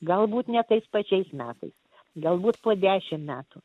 galbūt ne tais pačiais metais galbūt po dešimt metų